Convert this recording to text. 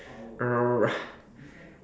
err